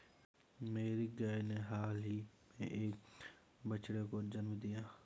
मेरी गाय ने हाल ही में एक बछड़े को जन्म दिया